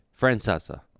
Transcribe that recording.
Francesa